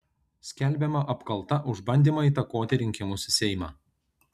skelbiama apkalta už bandymą įtakoti rinkimus į seimą